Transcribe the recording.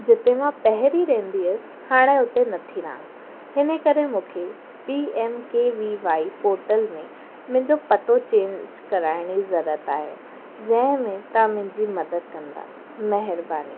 जिते मां पहिरीं रहंदी हुअसि हाणे हुते नथी रहा हिन करे मूंखे P M K V Y portal में मुंहिंजो पतो चेंज कराइण जी ज़रूरत आहे जंहिं में तव्हां मुंहिंजी मदद कंदा महिरबानी